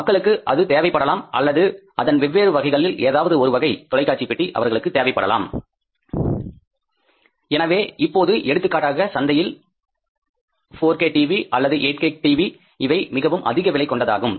மக்களுக்கு அது தேவை படலம் அல்லது அதன் வெவ்வேறு வகைகளில் எதாவது ஒரு வகை தொலைக்காட்சிபெட்டி அவர்களுக்கு தேவைப்படலாம் எனவே இப்போது எடுத்துக்காட்டாக சந்தையில் 4K TV அல்லது 8 K TV இவை மிகவும் அதிக விலை கொண்டதாகும்